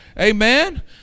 Amen